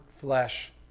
flesh